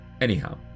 Anyhow